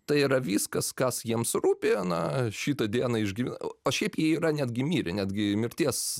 tai yra viskas kas jiems rūpi na šitą dieną išgyv o šiaip yra netgi mirę netgi mirties